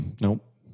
Nope